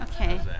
Okay